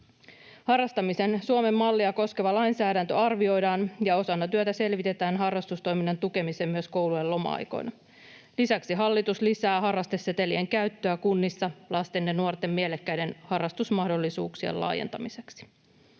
Harrastamisen Suomen mallia koskeva lainsäädäntö arvioidaan, ja osana työtä selvitetään harrastustoiminnan tukeminen myös koulujen loma-aikoina. Lisäksi hallitus lisää harrastesetelien käyttöä kunnissa lasten ja nuorten mielekkäiden harrastusmahdollisuuksien laajentamiseksi.